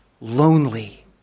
lonely